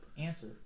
answer